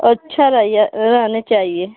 अच्छा रैया रहने चाहिए